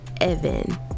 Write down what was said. evan